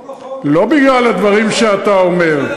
לא בגלל הדברים שאתה אומר, לא נכון.